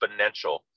exponential